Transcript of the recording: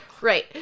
Right